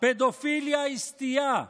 פדופיליה היא סטייה.